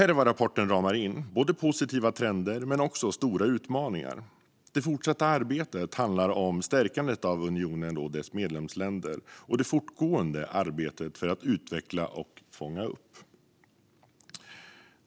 Rapporten ramar in positiva trender men också stora utmaningar. Det fortsatta arbetet handlar om stärkandet av unionen och dess medlemsländer och om det fortgående arbetet med att utveckla och fånga upp.